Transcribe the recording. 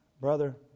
brother